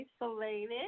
Isolated